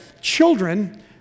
children